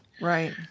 Right